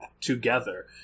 together